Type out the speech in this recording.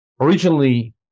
Originally